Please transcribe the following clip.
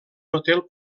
hotel